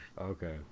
okay